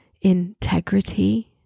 integrity